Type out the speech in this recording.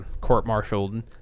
court-martialed